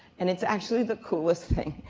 and it's actually the coolest thing.